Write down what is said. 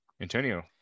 Antonio